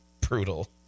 Brutal